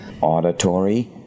auditory